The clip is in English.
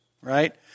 right